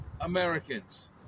Americans